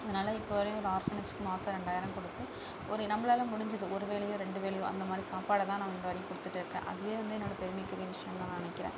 இதனால் இப்போ வரையும் ஒரு ஆர்ஃபனேஜுக்கு மாதம் ரெண்டாயிரம் கொடுத்து ஒரு நம்மளால் முடிஞ்சது ஒரு வேளையோ ரெண்டு வேளையோ அந்தமாதிரி சாப்பாடை தான் நான் வரையும் கொடுத்துட்டு இருக்கேன் அதுவே வந்து என்னோட பெருமைக்குரிய விஷயம்தான் நான் நினைக்குறேன்